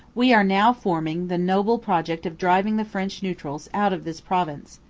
we are now forming the noble project of driving the french neutrals out of this province.